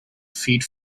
feed